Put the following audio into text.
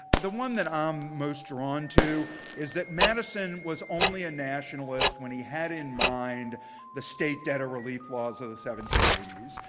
the one that i'm most drawn to is that madison was only a nationalist when he had in mind the state debtor relief laws of the seventeen eighty s.